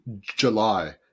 July